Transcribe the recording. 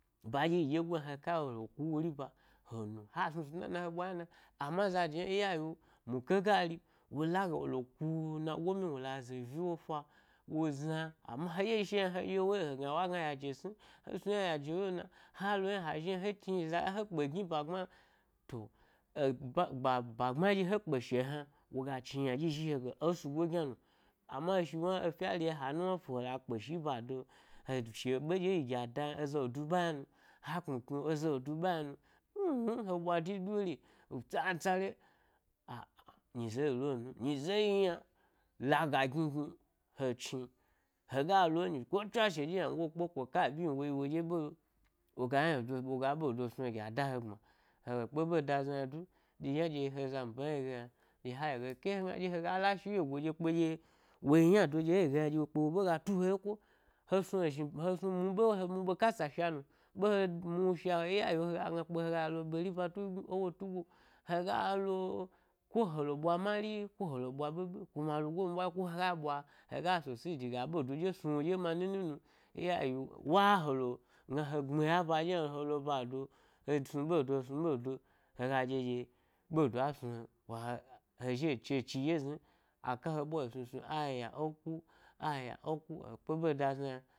Ba ɗye eyi ɗyegoi yna he kalo helo ku wori ba he nu, ha snu snu nana he ɓwa yna na, amma zade in ya yiwu makhe gari wo laga wole ku nago myi wola za zhi wo fa wo zna ama he dye he shi’o yna yna he ɗye wo ye he gna wo gna yase sni, he sni yna yaje lo na halo yna ha zhi eyna he dni za he kpe gni ba gbna, to, e gba ba gbne eɗye he kpe shilo he yna woga chni yna ɗyi shi he ge, esa ga gyna no amma he shi wna efye ri ha nuwa fu hela kpe shi ba do he shi’o ɓe dye yi gi a da yna eza wo du ɓa yna nu ba kpmi kni wo, eza wo du ɓa yna nu mnu wnuwn he ɓwa de ɗo re sasale a’nyize yilo min, nyize yi yna loga gni gni he chni hega lo enyi ko tswashe ɗye ynangoo wo kpeko kai ɓyihni wo yi wo ɗye ɓe lo woga yndo wo ga ɓedo snu he gi a da he gbma, hela kpe ɗye da zna yna du ɗye yna doye he zambe hna yi ge yna dye ha yi ge be hegna dye hega la shi yegu’o dye kpe dye-mi ynado dye wo yi gen yna ɗye-mi ynado ɗye wo yi gen yna ɗye kpe wo be ga tu wo yeko he snu ezhni he snu mu ɓo, he mu ɓe kasa sha no, ɓe he mu sha in ya yi wu kpe hegna hega lo beri ba du ewu tugo hega lo ko halo, bwa mari ko helo ɓwa ɓiɓi kuna alugon bwa ko hega ɓwa-hega succeedi ga ɓeda ɗye snu wo ɗye ma niwnu, iya wo yi wu wa-hela ghamala ba dyelo ba do he snubedo he snu ɓedo hega ɗye ɗye, ɓe do a snu wa he, he zhi he chechi dye zna aka ha ɓwaya snu snu ayya eku, ayya eku, he kpe be da zna yna.